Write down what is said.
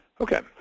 Okay